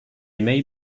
may